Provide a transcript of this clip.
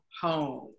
home